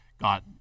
got